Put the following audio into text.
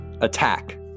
attack